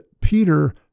Peter